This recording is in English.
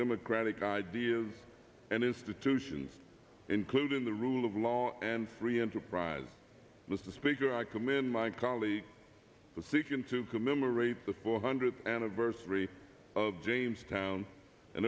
democratic ideas and institutions including the rule of law and free enterprise the speaker i commend my colleagues seeking to commemorate the four hundredth anniversary of jamestown